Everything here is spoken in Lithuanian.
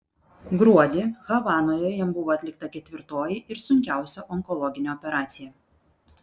gruodį havanoje jam buvo atlikta ketvirtoji ir sunkiausia onkologinė operacija